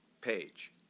page